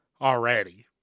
already